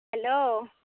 hello